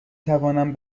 توانم